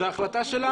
זו החלטה שלנו.